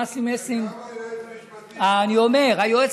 אסי מסינג, וגם היועץ